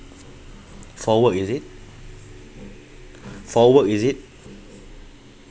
for work is it for work is it